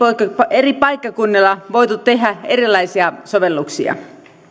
eri paikkakunnilla voitu tehdä erilaisia sovelluksia